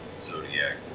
zodiac